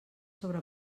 sobre